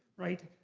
right?